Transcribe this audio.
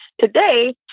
Today